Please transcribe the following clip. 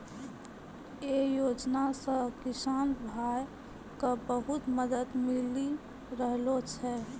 यै योजना सॅ किसान भाय क बहुत मदद मिली रहलो छै